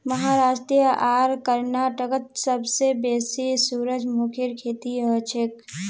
महाराष्ट्र आर कर्नाटकत सबसे बेसी सूरजमुखीर खेती हछेक